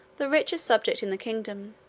the richest subject in the kingdom,